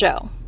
show